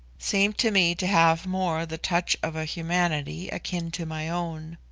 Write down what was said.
seemed to me to have more the touch of a humanity akin to my own.